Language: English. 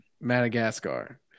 Madagascar